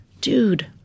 dude